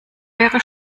wäre